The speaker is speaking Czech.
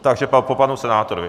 Takže po panu senátorovi.